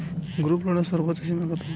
গ্রুপলোনের সর্বোচ্চ সীমা কত?